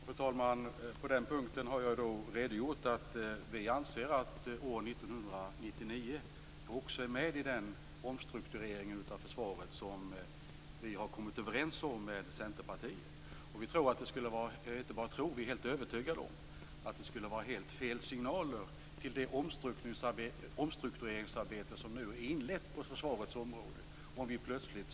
Fru talman! Det är nog väl med ett omstruktureringsarbete. Effekterna av en underfinansiering är att man riskerar panikåtgärder. Jag skulle tro att de anställda i Bofors som har blivit varslade av de panikåtgärder som är nödvändiga har en helt annan uppfattning. Resultatet är en hattig och ryckig politik.